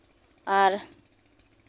ᱟᱨ